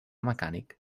mecànic